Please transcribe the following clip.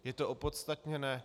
Je to opodstatněné.